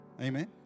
Amen